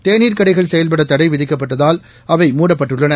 தேநீர் கடைகள் செயல்பட தடை விதிக்கப்பட்டதால் அவை மூடப்பட்டுள்ளன